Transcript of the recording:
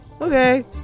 Okay